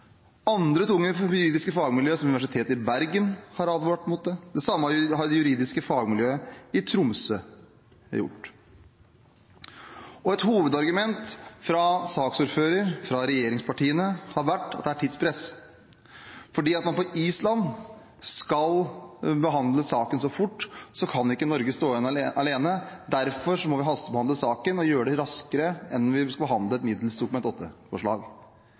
Andre tunge juridiske fagmiljøer, som Universitetet i Bergen, har advart mot det, det samme har det juridiske fagmiljøet i Tromsø gjort. Et hovedargument fra saksordføreren og fra regjeringspartiene har vært at det er tidspress. Fordi man på Island skal behandle saken så fort, kan ikke Norge stå igjen alene, derfor må vi hastebehandle saken og gjøre det raskere enn om vi skulle behandle et middels Dokument